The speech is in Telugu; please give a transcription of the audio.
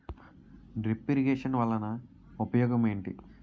డ్రిప్ ఇరిగేషన్ వలన ఉపయోగం ఏంటి